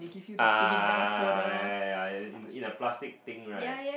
uh ya ya ya in a plastic thing right